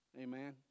amen